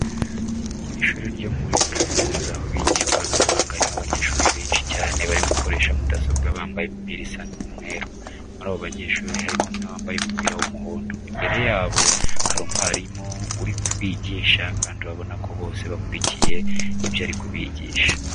Mu ishuri ryo muri kaminuza aho bigira ikoranabuhanga harimo abanyeshuri benshi cyane bari gukoresha mudasobwa bambaye imipira isa nk'umweru. Muri abo banyeshuri harimo umwe wambaye umupira w'umuhondo. Imbere yabo hari umwarimu uri kubigisha kandi urabona ko bose bakurikiye ibyo ari kubigisha.